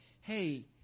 hey